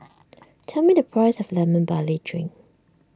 tell me the price of Lemon Barley Drink